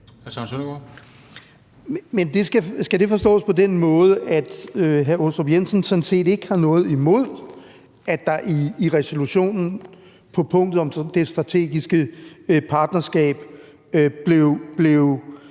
Men skal det forstås på den måde, at hr. Michael Aastrup Jensen sådan set ikke har noget imod, at der i resolutionen under punktet om det strategiske partnerskab blev